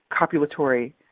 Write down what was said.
copulatory